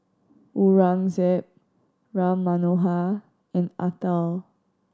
Aurangzeb Ram Manohar and Atal